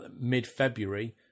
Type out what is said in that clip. mid-February